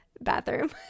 bathroom